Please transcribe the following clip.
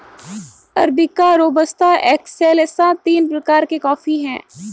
arabica robusta excelsa तीन प्रकार के कॉफी हैं